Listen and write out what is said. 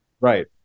Right